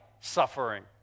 suffering